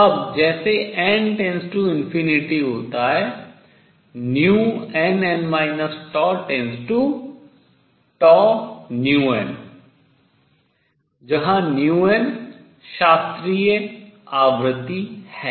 अब जैसे होता है जहाँ शास्त्रीय आवृत्ति है